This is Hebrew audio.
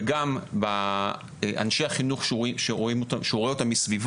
וגם באנשי החינוך שהוא רואה אותם מסביבו.